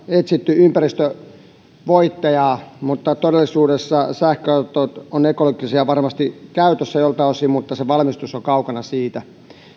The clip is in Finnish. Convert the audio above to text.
etsitty tulevaisuuden ympäristövoittajaa todellisuudessa sähköautot ovat ekologisia varmasti käytössä joiltain osin mutta niiden valmistus on kaukana siitä